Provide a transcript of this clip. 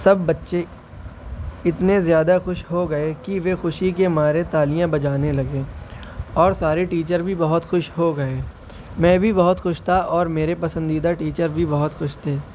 سب بچے اتنے زیادہ خوش ہو گئے کہ وہ خوشی کے مارے تالیاں بجانے لگے اور سارے ٹیچر بھی بہت خوش ہو گئے میں بھی بہت خوش تھا اور میرے پسندیدہ ٹیچر بھی بہت خوش تھے